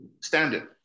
Standard